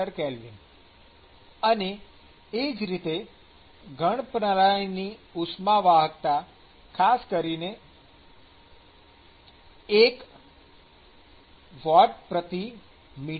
K અને એ જ રીતે ઘન પ્રણાલીની ઉષ્મા વાહકતા ખાસ કરીને ૧0 Wm